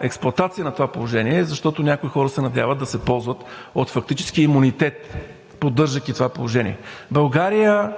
експлоатация на това положение, защото някои хора се надяват да се ползват от фактически имунитет, поддържайки това положение. България